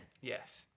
Yes